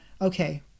okay